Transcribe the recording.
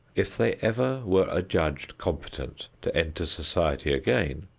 if they ever were adjudged competent to enter society again,